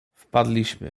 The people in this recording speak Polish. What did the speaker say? wpadliśmy